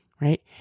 right